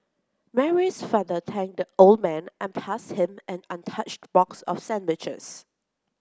Mary's father thanked the old man and passed him an untouched box of sandwiches